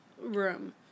room